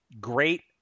great